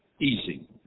easy